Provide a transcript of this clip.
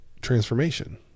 transformation